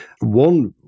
One